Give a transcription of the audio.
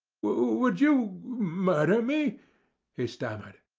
would you murder me he stammered.